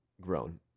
grown